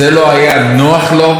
זה לא היה נוח לו?